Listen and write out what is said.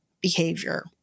behavior